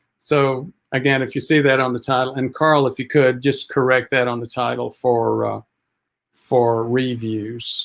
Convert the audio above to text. so again if you see that on the title and carl if you could just correct that on the title for four reviews